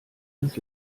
ins